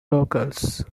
locals